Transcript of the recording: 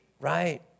right